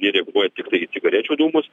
jie reaguoja tiktai į cigarečių dūmus